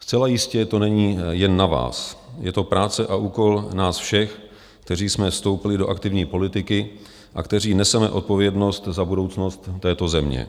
Zcela jistě to není jen na vás, je to práce a úkol nás všech, kteří jsme vstoupili do aktivní politiky a kteří neseme odpovědnost za budoucnost této země.